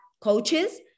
coaches